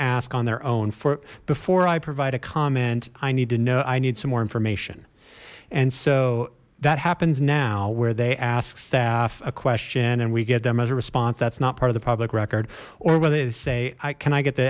ask on their own for before i provide a comment i need to note i need some more information and so that happens now where they ask staff a question and we get them as a response that's not part of the public record or whether they say i can i get the